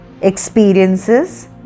experiences